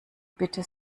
bitte